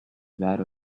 that